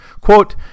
Quote